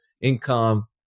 Income